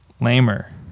lamer